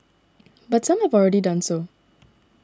but some have already done so